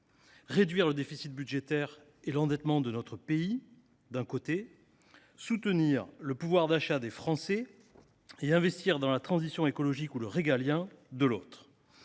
réduire le déficit budgétaire et l’endettement de notre pays, de l’autre, soutenir le pouvoir d’achat des Français et investir dans la transition écologique ou le régalien. Pour